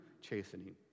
chastening